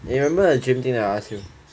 you remember the gym thing I asked you